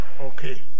okay